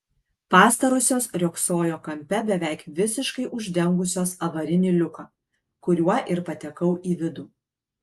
pastarosios riogsojo kampe beveik visiškai uždengusios avarinį liuką kuriuo ir patekau į vidų